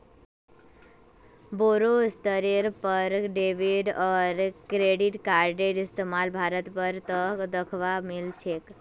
बोरो स्तरेर पर डेबिट आर क्रेडिट कार्डेर इस्तमाल भारत भर त दखवा मिल छेक